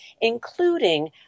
including